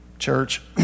Church